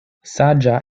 saĝa